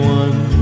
one